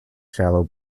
shallow